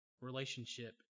relationship